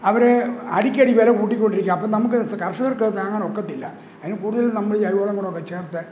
അവര് അടിക്കടി വില കൂട്ടിക്കൊണ്ടിരിക്കുകയാണ് അപ്പോള് നമുക്ക് കർഷകർക്കത് താങ്ങാനൊക്കത്തില്ല അതിനു കൂടുതൽ നമ്മള് ജൈവവളം കൂടെയൊക്കെച്ചേർത്ത്